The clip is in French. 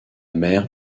mère